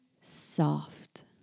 soft